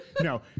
No